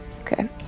Okay